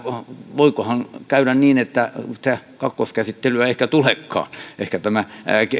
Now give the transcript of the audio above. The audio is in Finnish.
voikohan käydä niin että sitä kakkoskäsittelyä ei ehkä tulekaan vaan tämä